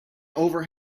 over